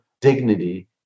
dignity